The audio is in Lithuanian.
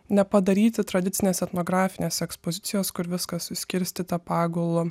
na padaryti tradicinės etnografinės ekspozicijos kur viskas suskirstyta pagulo